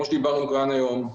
כמו שדיברנו כאן היום,